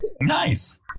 Nice